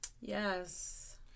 yes